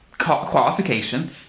qualification